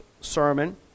sermon